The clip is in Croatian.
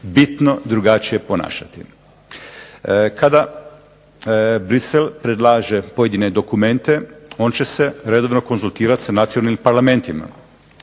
bitno drugačije ponašati. Kada Bruxelles predlaže pojedine dokumente, on će se redovno konzultirati sa nacionalnim parlamentima.